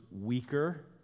weaker